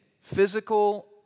physical